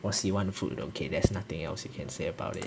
我喜欢就 okay there's nothing else you can say about it